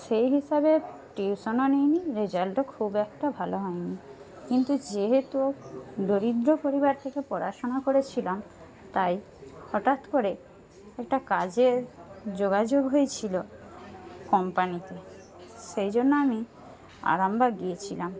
সেই হিসাবে টিউশনও নিই নি রেসাল্টও খুব একটা ভালো হয় নি কিন্তু যেহেতু দরিদ্র পরিবার থেকে পড়াশোনা করেছিলাম তাই হঠাৎ করে একটা কাজের যোগাযোগ হয়েছিল কম্পানিতে সেই জন্য আমি আরামবাগ গিয়েছিলাম